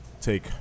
take